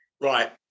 Right